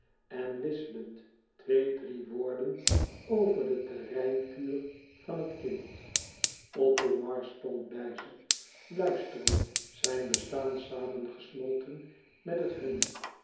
en wisselend twee drie woorden over de terreinkuur van het kind othomar stond bij ze luisterend zijn bestaan samengesmolten met het